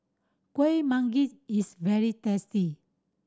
Kuih Manggis is very tasty